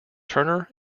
turner